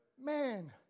man